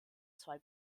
zwei